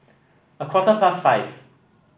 a quarter past five